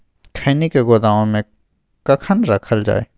खैनी के गोदाम में कखन रखल जाय?